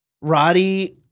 Roddy